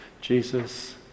Jesus